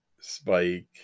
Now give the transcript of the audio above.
Spike